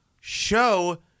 show